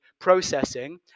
processing